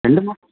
ரெண்டு